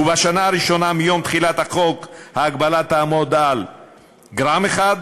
בשנה הראשונה מיום תחילת החוק ההגבלה תעמוד על גרם אחד,